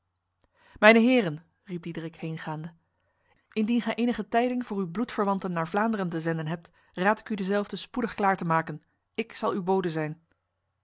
mijne heren riep diederik heengaande indien gij enige tijding voor uw bloedverwanten naar vlaanderen te zenden hebt raad ik u dezelve spoedig klaar te maken ik zal uw bode zijn